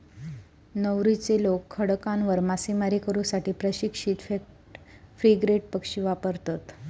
नौरूचे लोक खडकांवर मासेमारी करू साठी प्रशिक्षित फ्रिगेट पक्षी वापरतत